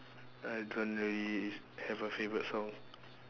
I don't really have a favorite song